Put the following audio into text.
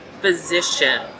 physician